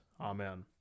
Amen